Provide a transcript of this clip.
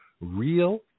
real